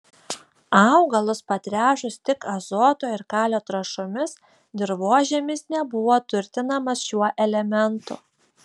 augalus patręšus tik azoto ir kalio trąšomis dirvožemis nebuvo turtinamas šiuo elementu